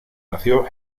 nació